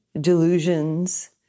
delusions